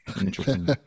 interesting